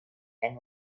and